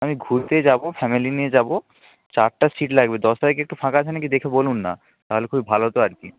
আমি ঘুরতে যাবো ফ্যামিলি নিয়ে যাবো চারটা সিট লাগবে দশ তারিখে একটু ফাঁকা আছে না কি দেখে বলুন না তাহলে খুবই ভালো হতো আর কি